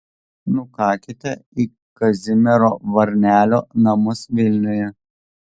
nukakite į kazimiero varnelio namus vilniuje